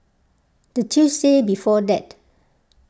the Tuesday before that